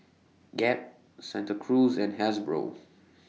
Gap Santa Cruz and Hasbro